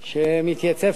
שמתייצב כאן,